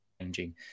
changing